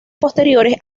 posteriores